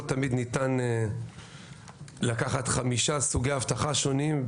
לא תמיד ניתן לקחת חמישה סוגי אבטחה שונים,